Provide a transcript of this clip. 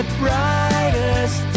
brightest